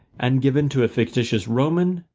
and given to a fictitious roman,